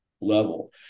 level